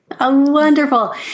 Wonderful